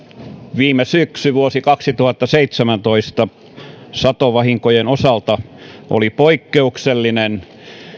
viime syksy vuosi kaksituhattaseitsemäntoista oli satovahinkojen osalta poikkeuksellinen